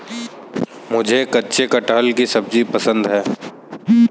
मुझे कच्चे कटहल की सब्जी पसंद है